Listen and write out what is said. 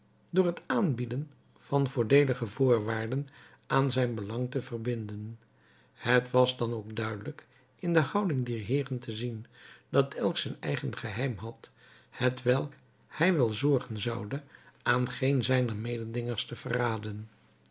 door het aanbieden van voordeelige voorwaarden aan zijn belang te verbinden het was dan ook duidelijk in de houding dier heeren te zien dat elk zijn eigen geheim had hetwelk hij wel zorgen zoude aan geen zijner mededingers te verraden